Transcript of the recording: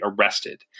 arrested